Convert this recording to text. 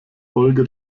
folge